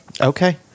Okay